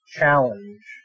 challenge